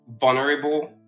vulnerable